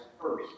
first